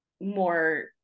more